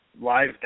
live